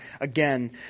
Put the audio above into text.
again